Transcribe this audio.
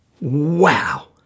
wow